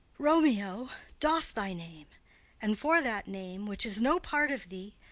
romeo, doff thy name and for that name, which is no part of thee,